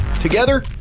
Together